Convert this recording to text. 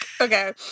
Okay